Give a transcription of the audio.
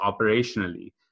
operationally